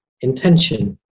intention